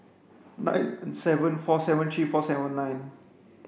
nine seven four seven three four seven nine